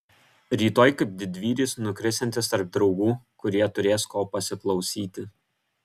rytoj kaip didvyris nukrisiantis tarp draugų kurie turės ko pasiklausyti